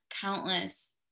countless